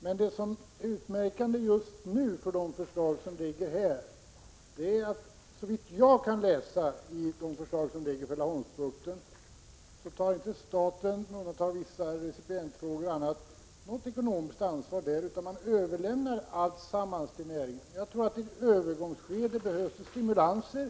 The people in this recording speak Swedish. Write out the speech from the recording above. Men det utmärkande just nu för de förslag som ligger här beträffande Laholmsbukten är såvitt jag kan läsa att staten inte annat än beträffande vissa recipientfrågor m.m. tar något ekonomiskt ansvar, utan man överlämnar alltsammans till näringen. Jag tror att i ett övergångsskede behövs det stimulanser.